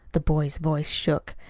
the boy's voice shook.